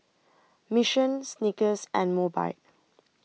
Mission Snickers and Mobike